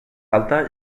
alta